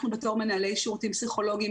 אנחנו בתור מנהלי שירותים פסיכולוגים